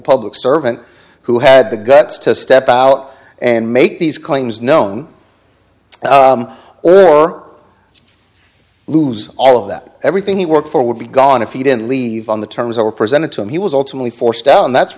public servant who had the guts to step out and make these claims known her lose all of that everything he worked for would be gone if he didn't leave on the terms were presented to him he was ultimately forced out and that's